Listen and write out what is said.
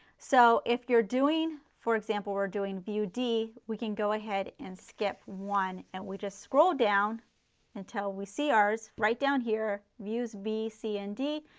so if you are doing, for example we are doing view d, we can go ahead and skip one and we just scroll down until we see ours right down here, views b, c and d.